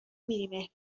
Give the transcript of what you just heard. میری